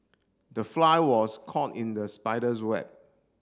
the fly was caught in the spider's web